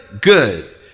good